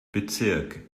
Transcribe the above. bezirk